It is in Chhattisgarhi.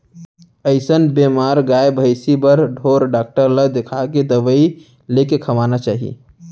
अइसन बेमार गाय भइंसी बर ढोर डॉक्टर ल देखाके दवई लेके खवाना चाही